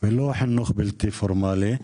ולא חינוך בלתי פורמלי,